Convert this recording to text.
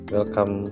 Welcome